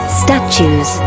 statues